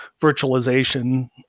virtualization